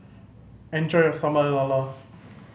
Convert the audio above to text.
enjoy your Sambal Lala